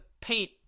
paint